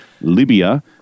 Libya